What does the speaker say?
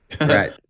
Right